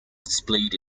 displayed